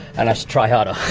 and i should try harder.